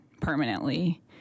permanently